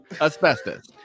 asbestos